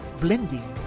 Blending